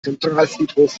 zentralfriedhof